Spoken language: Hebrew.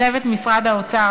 צוות משרד האוצר,